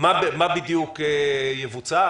מה בדיוק יבוצע.